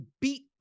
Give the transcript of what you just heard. beat